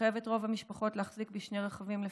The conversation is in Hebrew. ומחייב את רוב המשפחות להחזיק בשני רכבים לפחות.